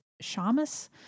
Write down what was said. Shamus